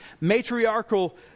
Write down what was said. matriarchal